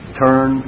turn